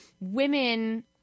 women